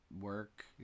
work